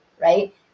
Right